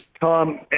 Tom